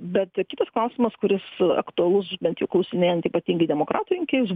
bet kitas klausimas kuris aktualus bent jau klausinėjant ypatingai demokratų rinkėjus